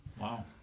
Wow